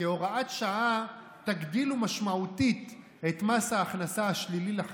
כהוראת שעה תגדילו משמעותית את מס ההכנסה השלילי לחלשים.